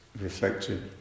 reflected